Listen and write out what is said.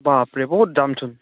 বাপৰে বহুত দামচোন